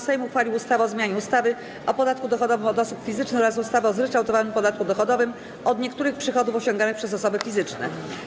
Sejm uchwalił ustawę o zmianie ustawy o podatku dochodowym od osób fizycznych oraz ustawy o zryczałtowanym podatku dochodowym od niektórych przychodów osiąganych przez osoby fizyczne.